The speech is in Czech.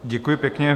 Děkuji pěkně.